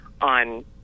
on